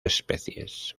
especies